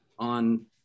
on